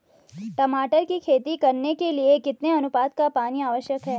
टमाटर की खेती करने के लिए कितने अनुपात का पानी आवश्यक है?